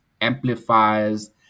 amplifiers